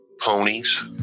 Ponies